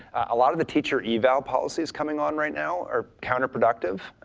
a lot of the teacher-eval policies coming on right now are counterproductive.